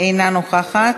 אינה נוכחת,